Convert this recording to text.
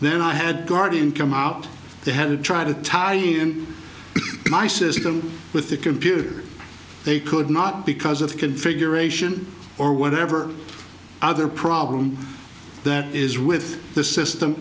then i had guardian come out they had to try to tie in my system with the computer they could not because of configuration or whatever other problem that is with the system